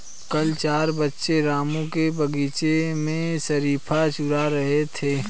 कल चार बच्चे रामू के बगीचे से शरीफा चूरा रहे थे